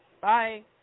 Bye